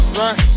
right